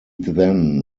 then